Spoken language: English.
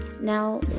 Now